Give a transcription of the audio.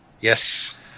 Yes